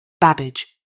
Babbage